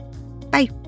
Bye